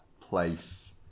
place